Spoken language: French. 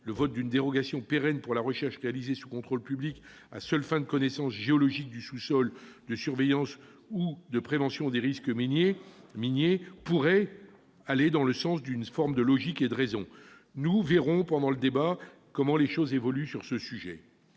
le vote d'une dérogation pérenne pour la recherche réalisée sous contrôle public, à seule fin de connaissance géologique du sous-sol, de surveillance ou de prévention des risques miniers, pourrait aller dans le sens d'une forme de logique et de raison. Nous verrons, au cours du débat, comment les choses évoluent sur ce sujet.